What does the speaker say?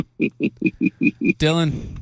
Dylan